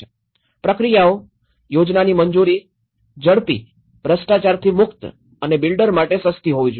પ્રક્રિયાઓ યોજનાની મંજૂરી ઝડપી ભ્રષ્ટાચારથી મુક્ત અને બિલ્ડર માટે સસ્તી હોવી જોઈએ